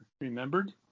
remembered